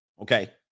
Okay